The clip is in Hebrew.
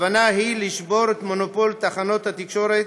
הכוונה היא לשבור את מונופול תחנות התקשורת